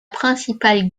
principale